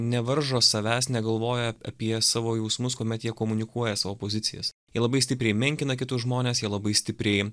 nevaržo savęs negalvoja apie savo jausmus kuomet jie komunikuoja savo pozicijas jie labai stipriai menkina kitus žmones jie labai stipriai